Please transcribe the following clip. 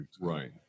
right